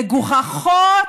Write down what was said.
מגוחכות